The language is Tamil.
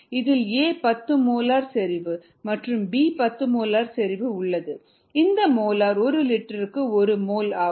இதில் A 10 மோலார் செறிவு மற்றும் B 10 மோலார் செறிவு உள்ளது இந்த மோலார் ஒரு லிட்டருக்கு ஒரு மோல் ஆகும்